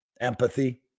empathy